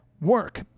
work